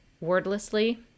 Wordlessly